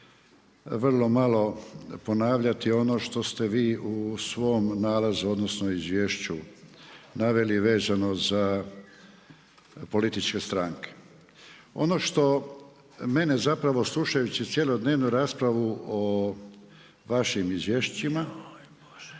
vrlo malo ponavljati ono što ste vi u svom nalazu, odnosno izvješću naveli vezano za političke stranke. Ono što mene zapravo slušajući cjelodnevnu raspravu o vašim izvješćima posebno